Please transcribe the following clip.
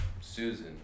Susan